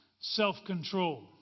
self-control